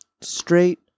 Straight